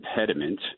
impediment